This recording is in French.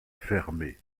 fermé